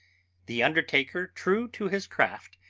the undertaker, true to his craft,